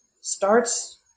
starts